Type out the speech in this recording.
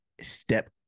step